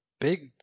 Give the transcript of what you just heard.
big